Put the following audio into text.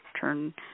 turn